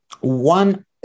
One